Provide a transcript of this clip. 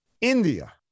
India